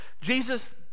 Jesus